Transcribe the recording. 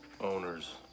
owners